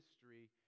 history